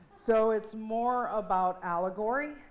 so it's more about allegory.